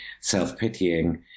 self-pitying